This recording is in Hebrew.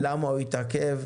למה הוא התעכב,